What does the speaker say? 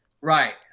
Right